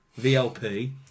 VLP